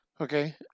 Okay